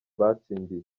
batsindiye